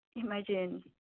imagine